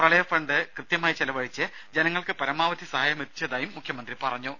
പ്രളയ ഫണ്ട് കൃത്യമായി ചെലവഴിച്ച് ജനങ്ങൾക്ക് പരമാവധി സഹായം എത്തിച്ചതായും മുഖ്യമന്ത്രി അറിയിച്ചു